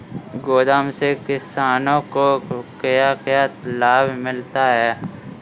गोदाम से किसानों को क्या क्या लाभ मिलता है?